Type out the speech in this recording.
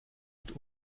mit